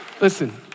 Listen